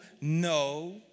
no